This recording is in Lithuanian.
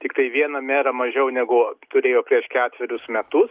tiktai vieną merą mažiau negu turėjo prieš ketverius metus